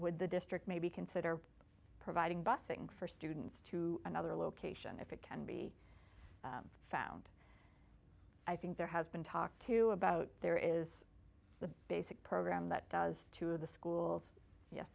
would the district maybe consider providing bussing for students to another location if it can be found i think there has been talk too about there is the basic program that does to the schools yes